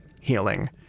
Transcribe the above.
healing